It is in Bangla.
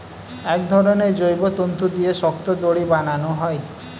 এক ধরনের জৈব তন্তু দিয়ে শক্ত দড়ি বানানো হয়